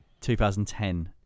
2010